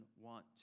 want